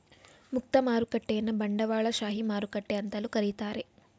ಮುಕ್ತ ಮಾರುಕಟ್ಟೆಯನ್ನ ಬಂಡವಾಳಶಾಹಿ ಮಾರುಕಟ್ಟೆ ಅಂತಲೂ ಕರೀತಾರೆ